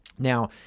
now